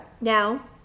now